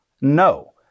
No